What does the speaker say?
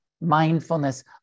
Mindfulness